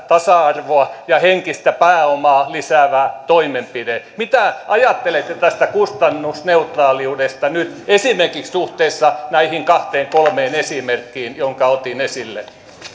tasa arvoa ja henkistä pääomaa lisäävä toimenpide mitä ajattelette tästä kustannusneutraaliudesta esimerkiksi nyt suhteessa näihin kahteen kolmeen esimerkkiin jotka otin esille